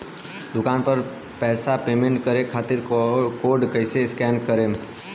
दूकान पर पैसा पेमेंट करे खातिर कोड कैसे स्कैन करेम?